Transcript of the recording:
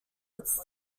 its